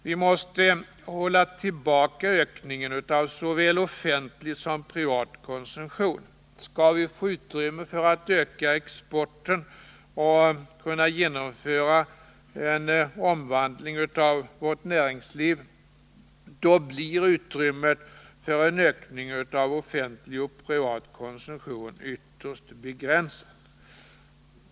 Vi måste hålla tillbaka ökningen av såväl offentlig som privat konsumtion. Om vi skall få utrymme för att öka exporten och kunna genomföra en omvandling av vårt näringsliv blir utrymmet för en ökning av offentlig och privat konsumtion ytterst begränsad.